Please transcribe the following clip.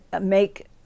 make